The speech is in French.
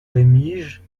rémiges